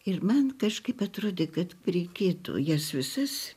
ir man kažkaip atrodė kad reikėtų jas visas